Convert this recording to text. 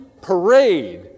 parade